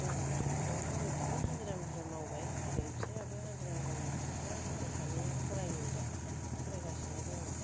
जोंहा दा न'खराव आंबो बिदिनो हाजिरा मावबाय ओजों फिसाइयाबो हाजिरा मावो गथ'फोरा गथ' सानैया फरायो दा फरायगासिनो दङ